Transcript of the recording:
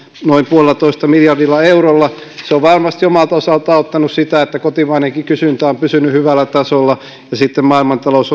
noin yhdellä pilkku viidellä miljardilla eurolla se on varmasti omalta osaltaan auttanut sitä että kotimainenkin kysyntä on pysynyt hyvällä tasolla ja sitten maailmantalous